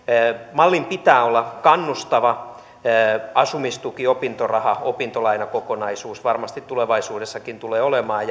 mallin pitää olla kannustava asumistuki opintoraha opintolaina kokonaisuus varmasti tulevaisuudessakin tulee olemaan